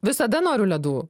visada noriu ledų